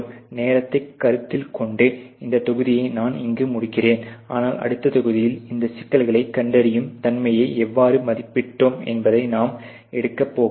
நேரத்தை கருத்தில் கொண்டு இந்த தொகுதியை நான் இங்கு முடிக்கிறேன் ஆனால் அடுத்த தொகுதியில் இந்தச் சிக்கல்களைக் கண்டறியும் தன்மையை எவ்வாறு மதிப்பீடுடோம் என்பதை நான் எடுக்க போகிறேன்